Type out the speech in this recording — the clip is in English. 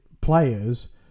players